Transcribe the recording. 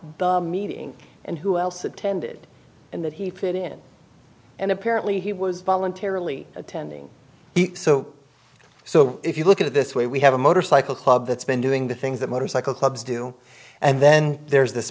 about meeting and who else attended and that he fit in and apparently he was voluntarily attending so so if you look at it this way we have a motorcycle club that's been doing the things that motorcycle clubs do and then there's this